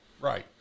Right